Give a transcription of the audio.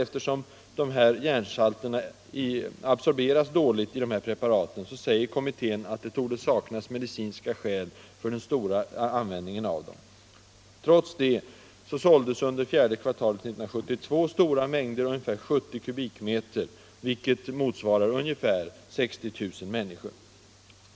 Eftersom järnsalterna i dessa preparat absorberas dåligt säger kommittén att det torde saknas medicinska skäl för den stora användningen av dem. Trots det såldes under fjärde kvartalet 1972 stora mängder, ungefär 70 kubikmeter, vilket också motsvarar förbrukningen hos ungefär 60 000 människor.